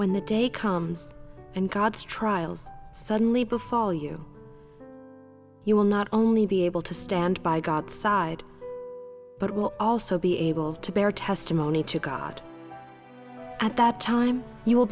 when the day comes and god's trials suddenly befall you you will not only be able to stand by god's side but will also be able to bear testimony to god at that time you will